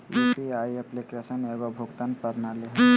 UPI application एगो भुगतान प्रणाली हइ